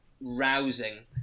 rousing